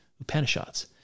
Upanishads